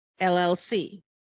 LLC